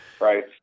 right